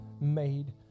made